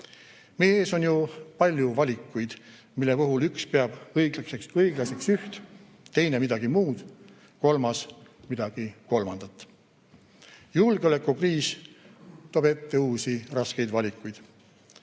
ees on ju palju valikuid, mille puhul üks peab õiglaseks üht, teine midagi muud, kolmas midagi kolmandat. Julgeolekukriis toob ette uusi raskeid valikuid.